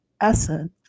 essence